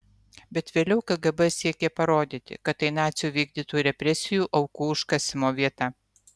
bet vėliau kgb siekė parodyti kad tai nacių vykdytų represijų aukų užkasimo vieta